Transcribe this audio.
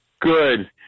Good